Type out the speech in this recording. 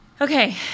Okay